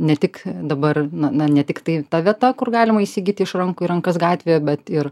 ne tik dabar na ne tiktai ta vieta kur galima įsigyt iš rankų į rankas gatvėje bet ir